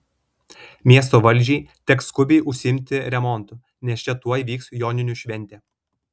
miesto valdžiai teks skubiai užsiimti remontu nes čia tuoj vyks joninių šventė